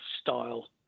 style